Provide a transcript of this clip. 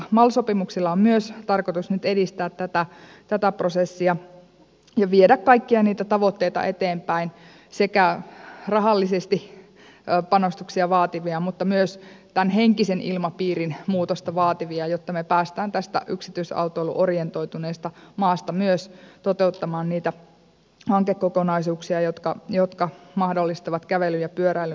mal sopimuksilla on myös tarkoitus nyt edistää tätä prosessia ja viedä kaikkia niitä tavoitteita eteenpäin sekä rahallisesti panostuksia vaativia että myös henkisen ilmapiirin muutosta vaativia jotta me pääsemme tässä yksityisautoiluorientoituneessa maassa toteuttamaan myös niitä hankekokonaisuuksia jotka mahdollistavat kävelyn ja pyöräilyn vahvistamista